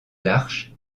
l’arche